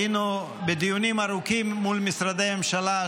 היינו בדיונים ארוכים מול משרדי הממשלה,